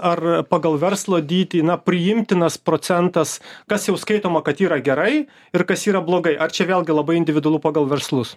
ar pagal verslo dydį na priimtinas procentas kas jau skaitoma kad yra gerai ir kas yra blogai ar čia vėlgi labai individualu pagal verslus